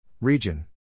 Region